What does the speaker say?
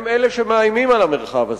הם אלה שמאיימים על המרחב הזה.